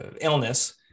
illness